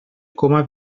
coma